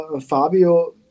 Fabio